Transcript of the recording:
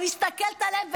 אני מסתכלת עליהם,